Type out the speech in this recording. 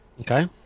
Okay